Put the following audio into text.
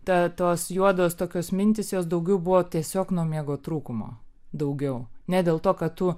ta tos juodos tokios mintys jos daugiau buvo tiesiog nuo miego trūkumo daugiau ne dėl to kad tu